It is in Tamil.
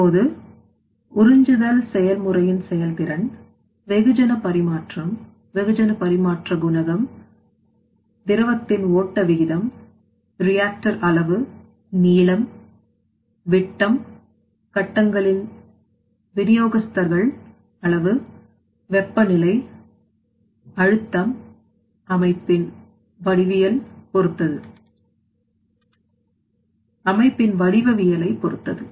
அப்போது உறிஞ்சுதல் செயல்முறையின் செயல்திறன் வெகுஜன பரிமாற்றம் வெகுஜன பரிமாற்ற குணகம் திரவத்தின்ஓட்ட விகிதம் reactor அளவு நீளம் விட்டம்கட்டங்களின் விநியோகஸ்தர்கள் அளவு வெப்பநிலை அழுத்தம் அமைப்பின் வடிவவியல் பொருத்தது